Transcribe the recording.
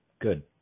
good